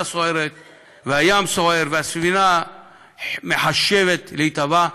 או כשהים סוער והספינה מחשבת להיטבע,